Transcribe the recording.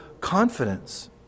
confidence